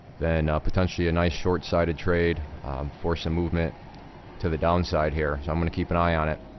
then potentially a nice shortside of trade force some movement to the downside, here. so, i'm gonna keep an eye on it.